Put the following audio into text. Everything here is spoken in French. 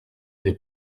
des